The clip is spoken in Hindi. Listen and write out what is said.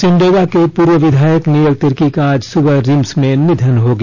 सिमडेगा के पूर्व विधायक नियल तिर्की का आज सुबह रिम्स में निधन हो गया